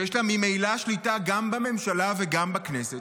שיש לה ממילא שליטה גם בממשלה וגם בכנסת,